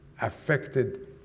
affected